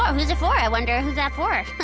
ah who's for? i wonder who's that for?